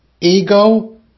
Ego